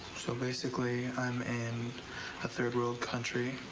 so basically, i'm in a third world country.